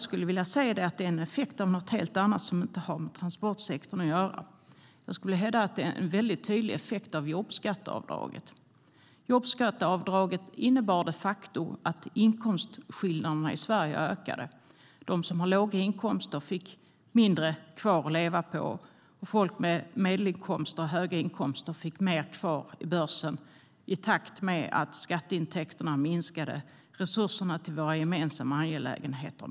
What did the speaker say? Men det är en effekt av något helt annat som inte har med transportsektorn att göra. Jag vill hävda att det är en väldigt tydlig effekt av jobbskatteavdraget. Jobbskatteavdraget innebar de facto att inkomstskillnaderna i Sverige ökade. De som hade låga inkomster fick mindre kvar att leva på. Folk med medelinkomster och höga inkomster fick mer kvar i börsen. I takt med att skatteintäkterna minskade så minskade också resurserna för våra gemensamma angelägenheter.